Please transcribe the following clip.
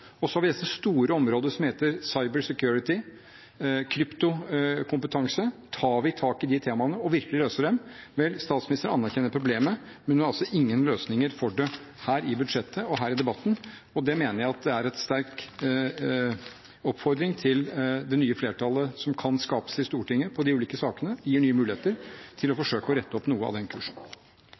og så har vi dette store området som heter «cyber security», kryptokompetanse. Tar vi tak i disse temaene og virkelig løser problemene? Vel, statsministeren erkjenner problemet, men har altså ingen løsninger for det i dette budsjettet og her i debatten, og det mener jeg er en sterk oppfordring til det nye flertallet som kan skapes i Stortinget for de ulike sakene, og gir nye muligheter til å forsøke å rette opp noe av den kursen.